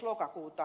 lokakuuta